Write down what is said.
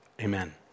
Amen